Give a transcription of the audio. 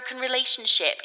relationship